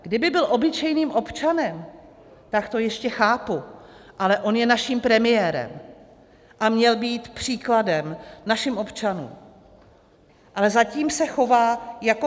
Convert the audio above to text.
Kdyby byl obyčejným občanem, tak to ještě chápu, ale on je naším premiérem a měl by jít příkladem našim občanům, ale zatím se chová jako papaláš.